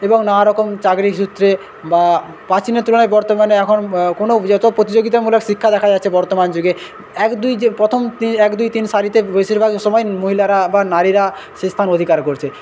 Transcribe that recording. এবং নানারকম চাকরি সুত্রে বা প্রাচীনের তুলনায় বর্তমানে এখন কোনো যত প্রতিযোগীতামূলক শিক্ষা দেখা যাচ্ছে বর্তমান যুগে এক দুই যে প্রথম এক দুই তিন সারিতে বেশিরভাগ সময়ে মহিলারা বা নারীরা সে স্থান অধিকার করছে